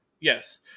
Yes